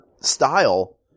style